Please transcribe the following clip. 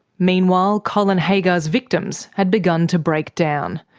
meanwhile, colin haggar's victims had begun to break down.